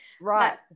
Right